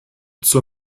zur